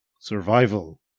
Survival